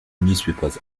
newspapers